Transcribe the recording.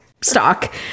stock